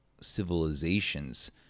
civilizations